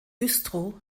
güstrow